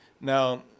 Now